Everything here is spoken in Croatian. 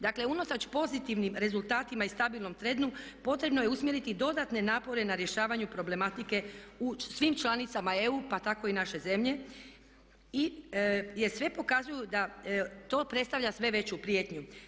Dakle unatoč pozitivnim rezultatima i stabilnom trendu potrebno je usmjeriti dodatne napore na rješavanju problematike u svim članicama EU pa tako i naše zemlje jer sve pokazuju da to predstavlja sve veću prijetnju.